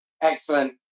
Excellent